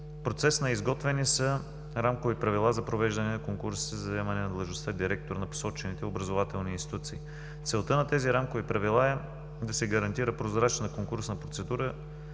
процес на изготвяне са Рамкови правила за провеждане на конкурс за заемане на длъжността „директор“ на посочените образователни институции. Целта на тези Рамкови правила е да се гарантира прозрачна конкурсна процедура